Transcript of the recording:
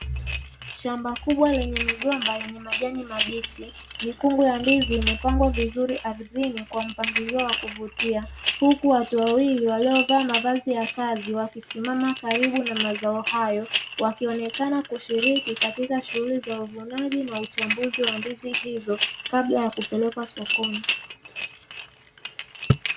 Shamba kubwa lenye migomba yenye majani mabichi mikungu ya ndizi imepangwa vizuri ardhini kwa mpangilio wa kuvutia, huku watu wawili waliovaa mavazi ya kazi wakisimama karibu na mazao hayo, wakionekana kushiriki katika shughuli za uvunaji na uchambuzi wa ndizi hizo kabla ya kupelekwa sokoni.